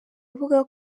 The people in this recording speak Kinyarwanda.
avuga